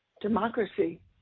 democracy